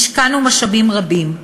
והשקענו משאבים רבים.